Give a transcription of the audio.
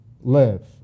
live